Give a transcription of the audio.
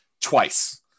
twice